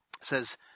says